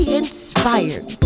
inspired